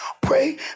Pray